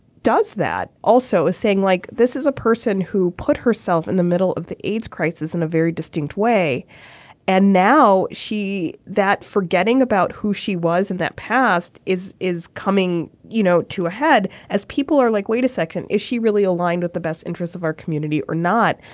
does that also is saying like this is a person who put herself in the middle of the aids crisis in a very distinct way and now she that forgetting about who she was and that past is is coming you know to a head as people are like wait a second is she really aligned with the best interests of our community or not.